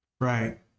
Right